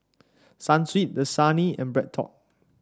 Sunsweet Dasani and BreadTalk